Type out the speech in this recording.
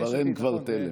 אין כבר תל"ם.